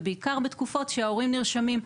ובעיקר בתקופות שההורים נרשמים.